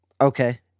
Okay